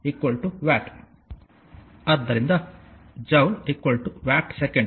ಆದ್ದರಿಂದ joule watt second